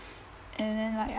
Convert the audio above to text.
and then like